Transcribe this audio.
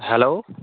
hello